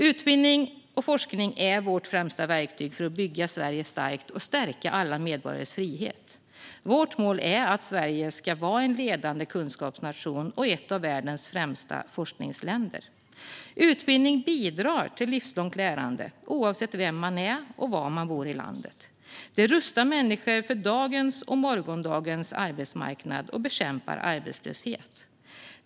Utbildning och forskning är vårt främsta verktyg för att bygga Sverige starkt och stärka alla medborgares frihet. Vårt mål är att Sverige ska vara en ledande kunskapsnation och ett av världens främsta forskningsländer. Utbildning bidrar till livslångt lärande, oavsett vem man är och var i landet man bor. Det rustar människor för dagens och morgondagens arbetsmarknad och bekämpar arbetslöshet.